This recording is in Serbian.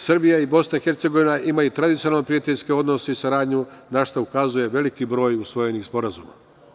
Srbija i BiH imaju tradicionalno prijateljske odnose i saradnju na šta ukazuje veliki broj usvojenih sporazuma.